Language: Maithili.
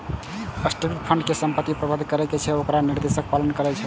ट्रस्टी फंडक संपत्ति कें प्रबंधित करै छै आ ओकर निर्देशक पालन करै छै